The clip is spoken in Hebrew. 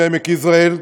מעמק יזרעאל,